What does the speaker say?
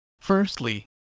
Firstly